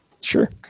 Sure